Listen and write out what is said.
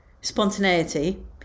Spontaneity